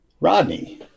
Rodney